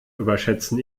überschätzen